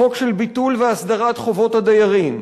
חוק של ביטול והסדרת חובות הדיירים,